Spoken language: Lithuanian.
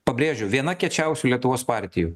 pabrėžiu viena kiečiausių lietuvos partijų